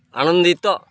ଆନନ୍ଦିତ